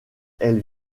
elle